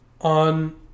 On